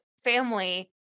Family